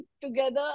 together